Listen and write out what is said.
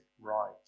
right